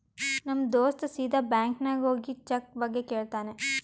ನಮ್ ದೋಸ್ತ ಸೀದಾ ಬ್ಯಾಂಕ್ ನಾಗ್ ಹೋಗಿ ಚೆಕ್ ಬಗ್ಗೆ ಕೇಳ್ತಾನ್